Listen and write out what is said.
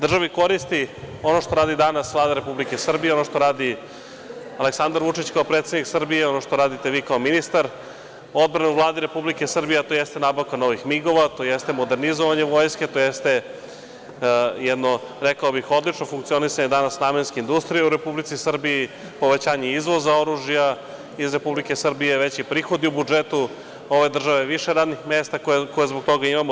Državi koristi ono što radi danas Vlada Republike Srbije, ono što radi Aleksandar Vučić, kao predsednik Srbije, ono što radite vi kao ministar odbrane u Vladi Republike Srbije, a to jeste nabavka novih migova, to jeste modernizovanje Vojske, to jeste jedno, rekao bih, odlično funkcionisanje danas namenske industrije u Republici Srbiji, povećanje izvoza oružja iz Republike Srbije, veći prihodi u budžetu ove države, više radnih mesta koje zbog toga imamo.